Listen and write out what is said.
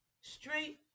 Straight